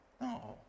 No